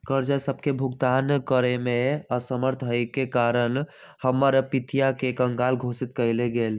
कर्जा सभके भुगतान करेमे असमर्थ होयेके कारण हमर पितिया के कँगाल घोषित कएल गेल